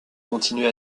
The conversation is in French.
continué